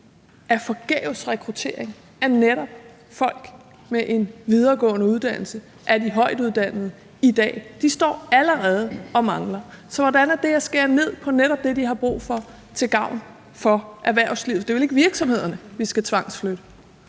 af forgæves rekruttering af netop folk med en videregående uddannelse, af de højtuddannede, i dag. De står allerede og mangler. Så hvordan er det at skære ned på netop det, de har brug for, til gavn for erhvervslivet? For det er vel ikke virksomhederne, vi skal tvangsflytte?